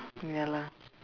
ya lah